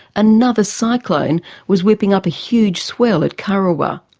another cyclone was whipping up a huge swell at kurrawa.